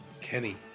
Kenny